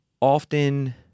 often